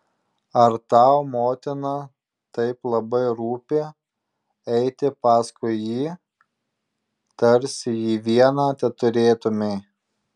ar tau motina taip labai rūpi eiti paskui jį tarsi jį vieną teturėtumei